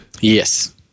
Yes